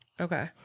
Okay